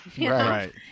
Right